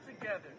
together